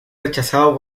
rechazado